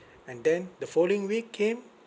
and then the following week came